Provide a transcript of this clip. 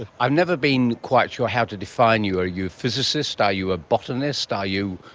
i've never been quite sure how to define you. are you a physicist, are you a botanist, are you,